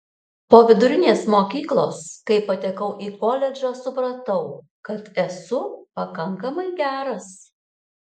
po vidurinės mokyklos kai patekau į koledžą supratau kad esu pakankamai geras